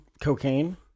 cocaine